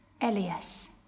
Elias